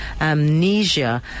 amnesia